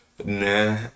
Nah